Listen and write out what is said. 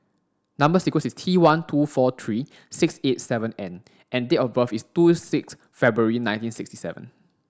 number sequence is T one two four three six eight seven N and date of birth is two six February nineteen sixty seven